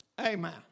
Amen